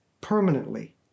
permanently